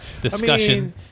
discussion